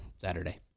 Saturday